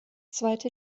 zweite